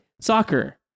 soccer